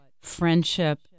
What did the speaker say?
friendship